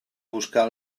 buscar